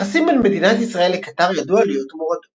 היחסים בין מדינת ישראל לקטר ידעו עליות ומורדות.